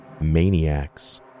maniacs